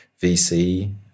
VC